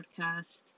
podcast